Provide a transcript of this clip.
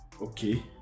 okay